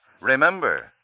Remember